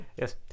Yes